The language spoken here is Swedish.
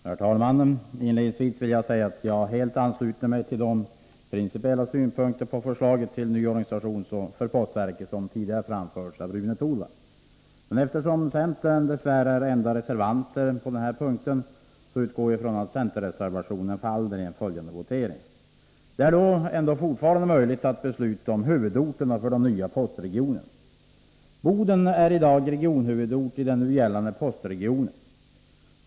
Herr talman! Inledningsvis vill jag säga att jag helt ansluter mig till de principiella synpunkter på förslaget till ny organisation för postverket som tidigare framförts av Rune Torwald. Eftersom centerns företrädare dess värre är de enda reservanterna på den här punkten utgår jag ifrån att centerreservation nr 1 faller i den följande voteringen. Det är dock fortfarande möjligt att besluta om huvudorterna för de nya postregionerna. Boden är regionhuvudort i den nu gällande postregionen.